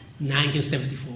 1974